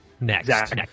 next